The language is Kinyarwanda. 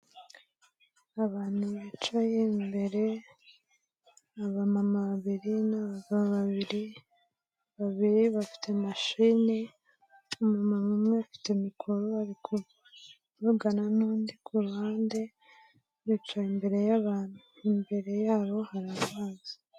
Abantu bicaye imbere aba mama babiri n' abagabo babiri. Babiri bafite mashine, umama umwe afite mikoro ari kuvugana nundi kuruhande bicaye imbere yabantu imbere yabo hari amazi.